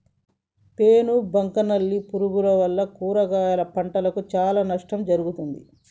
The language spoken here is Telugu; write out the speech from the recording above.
పేను బంక నల్లి పురుగుల వల్ల కూరగాయల పంటకు చానా నష్టం జరుగుతది